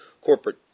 corporate